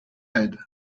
aide